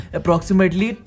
Approximately